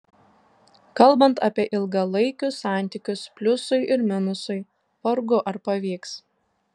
kalbant apie ilgalaikius santykius pliusui ir minusui vargu ar pavyks